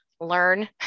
learn